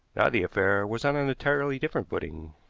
now the affair was on an entirely different footing.